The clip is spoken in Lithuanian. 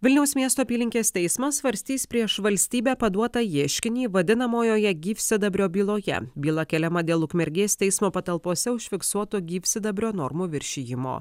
vilniaus miesto apylinkės teismas svarstys prieš valstybę paduotą ieškinį vadinamojoje gyvsidabrio byloje byla keliama dėl ukmergės teismo patalpose užfiksuoto gyvsidabrio normų viršijimo